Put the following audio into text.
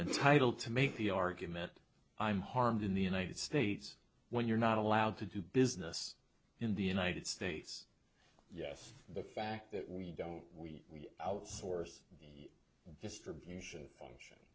entitled to make the argument i'm harmed in the united states when you're not allowed to do business in the united states yes the fact that we don't we outsource the distribution